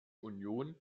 union